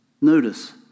Notice